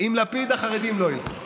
עם לפיד החרדים לא ילכו.